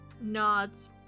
nods